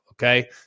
Okay